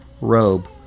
robe